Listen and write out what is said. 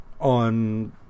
On